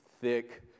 thick